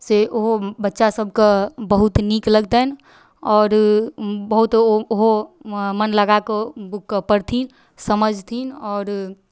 से ओहो बच्चासभकेँ बहुत नीक लगतनि आओर बहुत ओ ओहो मन लगा कऽ बुककेँ पढ़थिन समझथिन आओर